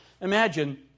Imagine